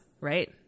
right